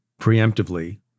preemptively